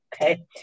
okay